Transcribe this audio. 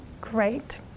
great